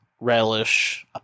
relish